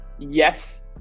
Yes